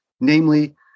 namely